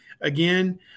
again